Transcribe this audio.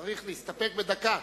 צריך להסתפק בדקה,